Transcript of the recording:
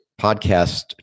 podcast